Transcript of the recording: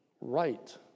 right